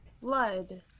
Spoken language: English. blood